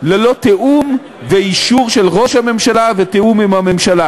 ללא תיאום ואישור של ראש הממשלה ותיאום עם הממשלה.